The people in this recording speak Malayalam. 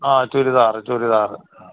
ആ ചുരിദാറ് ചുരിദാറ് ആ